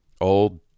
old